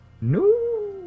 No